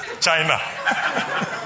China